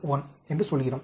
என்று சொல்கிறோம்